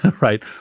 right